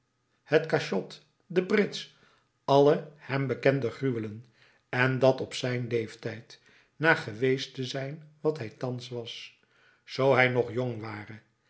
het cachot de brits alle hem bekende gruwelen en dat op zijn leeftijd na geweest te zijn wat hij thans was zoo hij nog jong ware